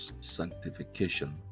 sanctification